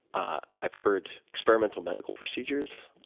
i've heard experimental medical procedures,